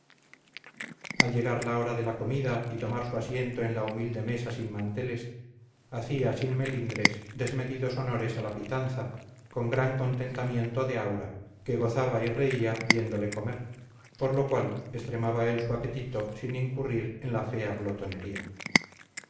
al llegar la hora de la comida y tomar su asiento en la humilde mesa sin manteles hacía sin melindres desmedidos honores a la pitanza con gran contentamiento de aura que gozaba y reía viéndole comer por lo cual extremaba él su apetito sin incurrir en la fea glotonería